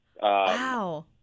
Wow